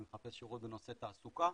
אני מחפש שירות בנושא תעסוקה,